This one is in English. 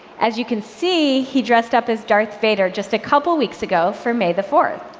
as you can see, he dressed up as darth vader just a couple weeks ago for may the fourth.